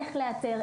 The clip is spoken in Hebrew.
איך לאתר,